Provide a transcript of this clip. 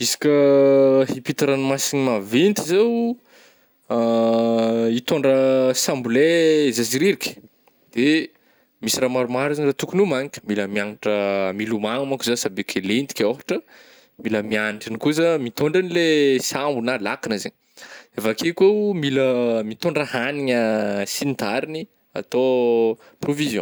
Izy ka hipita ranomasigna maventy zaho hitôndra sambolay zah zy reriky, de misy raha maromaro zany atokogny homagniko, mila miagnatra milomagno manko zah sabeky hilentika ôhatra, mila miagnatra ihagny koa zah mitôndra agn'le sambo na lakagna zegny, avy akeo koa oh mila mitôndra hagnina sy ny tariny atao provision.